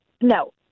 No